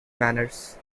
manners